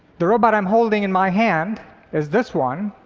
the robot i'm holding in my hand is this one,